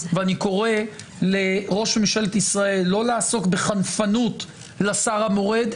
ואני קורא לראש ממשלת ישראל: לא לעסוק בחנפנות לשר המורד,